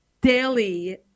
daily